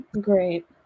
Great